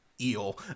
eel